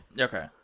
Okay